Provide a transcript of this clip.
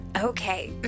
Okay